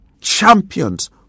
Champions